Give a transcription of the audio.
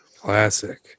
Classic